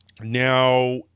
Now